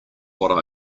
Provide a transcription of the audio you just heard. what